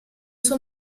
suo